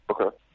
Okay